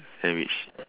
sandwich